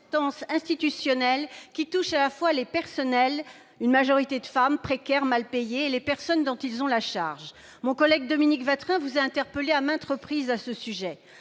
institutionnelle qui touche à la fois les personnels- une majorité de femmes, précaires, mal payées -et les personnes dont ils ont la charge. Mon collègue Dominique Watrin vous a interpellée, à maintes reprises, sur ce sujet.